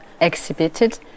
exhibited